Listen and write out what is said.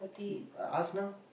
I ask now